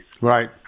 Right